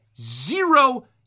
zero